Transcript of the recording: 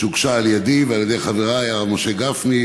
שהוגשה על ידי ועל ידי חברי הרב משה גפני,